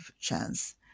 chance